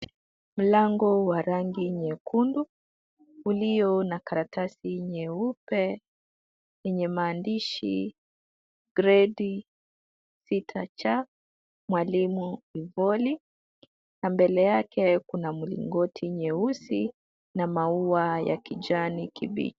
Mlango wa rangi nyekundu, ulio na karatasi nyeupe yenye maandishi gredi sita C, mwalimu Zipori na mbele yake kuna mlingoti nyeusi na maua ya kijani kibichi.